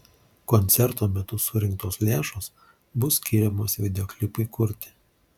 koncerto metu surinktos lėšos bus skiriamos videoklipui kurti